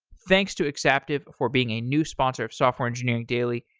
thanks to exaptive for being a new sponsor of software engineering daily.